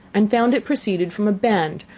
and found it proceeded from a band,